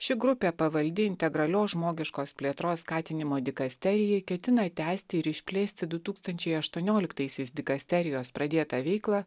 ši grupė pavaldi integralios žmogiškos plėtros skatinimo dikasterijai ketina tęsti ir išplėsti du tūkstančiai aštuonioliktaisiais dikasterijos pradėtą veiklą